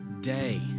day